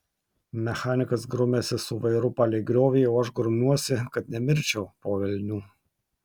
mechanikas grumiasi su vairu palei griovį o aš grumiuosi kad nemirčiau po velnių